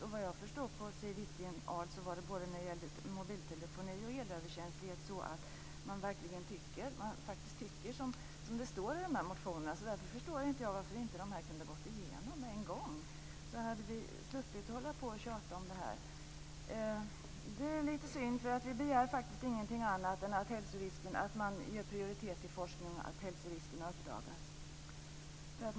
Såvitt jag förstår av Siw Wittgren-Ahl tycker man verkligen som det står i motionerna när det gäller mobiltelefoni och elöverkänslighet. Därför förstår jag inte varför dessa motioner inte kunde tillstyrkas med en gång. Då hade vi sluppit att hålla på att tjata om det här. Det är lite synd, för vi begär faktiskt ingenting annat än att man ger prioritet åt forskning så att hälsoriskerna uppdagas.